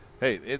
hey